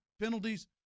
penalties